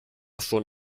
schon